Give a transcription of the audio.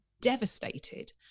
devastated